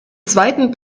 zweiten